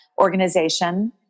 organization